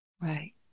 Right